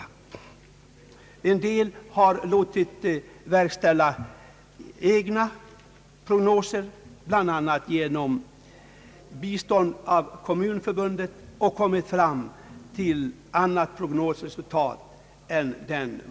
Andra prognoser som utförts bland annat med bistånd av Kommunförbundet visar andra resultat.